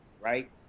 right